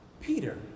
Peter